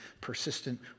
persistent